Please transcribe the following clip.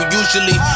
usually